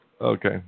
Okay